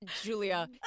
Julia